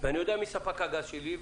ואני יודע מי ספק הגז שלי,